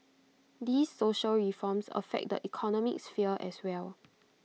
these social reforms affect the economic sphere as well